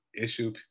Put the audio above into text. issue